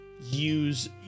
Use